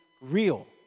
real